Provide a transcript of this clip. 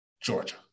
Georgia